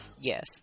Yes